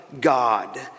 God